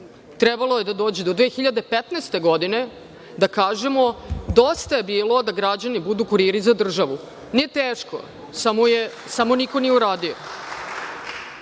Trebalo je da dođe do 2015. godine, da kažemo – dosta je bilo da građani budu kuriri za državu. Nije teško, samo niko nije uradio. Puna